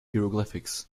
hieroglyphics